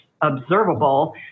observable